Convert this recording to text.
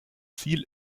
ziel